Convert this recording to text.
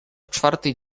czwartej